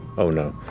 oh no.